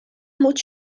moet